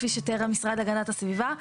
כפי שתיאר המשרד להגנת הסביבה.